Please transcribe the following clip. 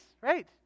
right